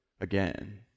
again